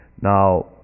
Now